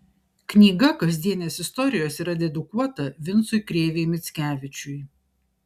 knyga kasdienės istorijos yra dedikuota vincui krėvei mickevičiui